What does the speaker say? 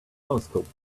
telescope